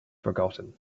forgotten